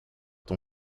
ton